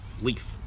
leaf